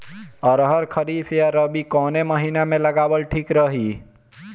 अरहर खरीफ या रबी कवने महीना में लगावल ठीक रही?